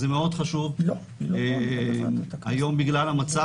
מאוד חשוב היום בגלל המצב,